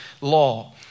law